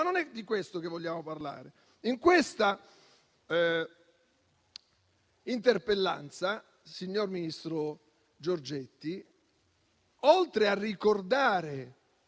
non è di questo che vogliamo parlare in questa interpellanza, signor ministro Giorgetti. Oltre a ricordare